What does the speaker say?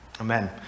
Amen